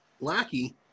lackey